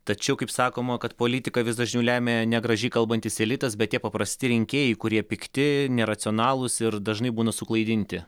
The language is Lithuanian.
tačiau kaip sakoma kad politiką vis dažniau lemia ne gražiai kalbantis elitas bet tie paprasti rinkėjai kurie pikti neracionalūs ir dažnai būna suklaidinti